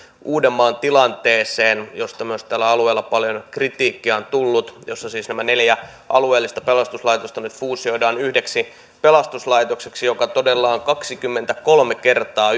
uudenmaan tilanteeseen josta myös tällä alueella paljon kritiikkiä on tullut siis nämä neljä alueellista pelastuslaitosta nyt fuusioidaan yhdeksi pelastuslaitokseksi joka todella on kaksikymmentäkolme kertaa